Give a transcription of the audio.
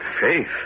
Faith